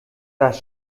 das